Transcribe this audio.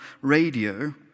radio